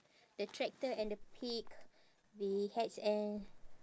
the tractor and the pig the and